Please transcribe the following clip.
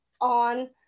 on